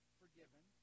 forgiven